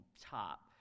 top